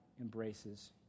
embraces